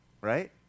Right